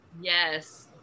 Yes